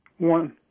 One